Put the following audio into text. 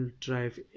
drive